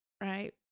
right